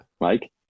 Mike